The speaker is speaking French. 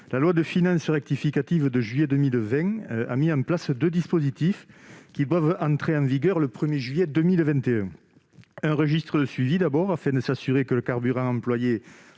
La loi de finances rectificative de juillet 2020 a mis en place deux dispositifs destinés à entrer en vigueur le 1juillet 2021 : d'abord, un registre de suivi, afin de s'assurer que le carburant employé